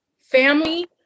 family